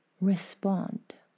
respond